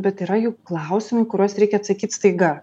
bet yra juk klausimų kuriuos reikia atsakyt staiga